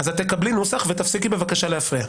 את תקבלי נוסח ותפסיקי בבקשה להפריע.